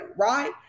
right